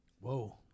Whoa